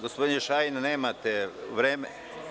Gospodine Šajn, nemate vreme.